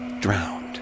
drowned